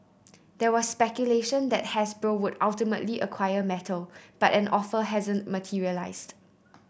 there was speculation that Hasbro would ultimately acquire Mattel but an offer hasn't materialised